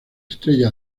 estrella